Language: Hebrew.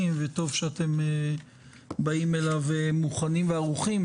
וטוב שאתם באים אליו מוכנים וערוכים,